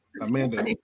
Amanda